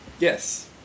Yes